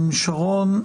שרון.